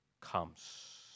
comes